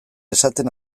esaten